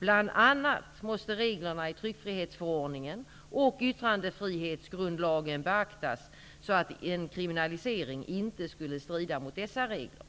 Bl.a. måste reglerna i tryckfrihetsförordningen och yttrandefrihetsgrundlagen beaktas så att en kriminalisering inte skulle strida mot dessa regler.